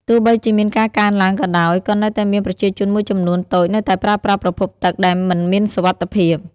ទោះបីជាមានការកើនឡើងក៏ដោយ ក៏នៅមានប្រជាជនមួយចំនួនតូចនៅតែប្រើប្រាស់ប្រភពទឹកដែលមិនមានសុវត្ថិភាព។